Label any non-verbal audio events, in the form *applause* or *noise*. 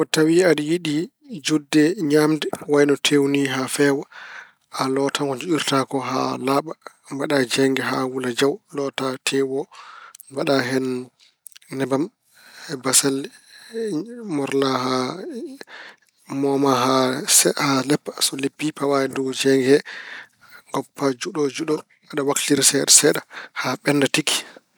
So tawi aɗa yiɗi juɗde ñaamde ko wayno tewu haa feewa. A lootan ko njuɗirta ko haa laaɓa, mbaɗa e jeeynge haa wula jaw. Lootaa tewu o, mbaɗa hen nebam e bassalle, *hesitation* morlla- mooma haa ce- leppa. So leppi pawa e dow jeeynge he. Ngoppa juɗo, juɗo. Aɗa waklita seeɗa seeɗa haa ɓennda tigi.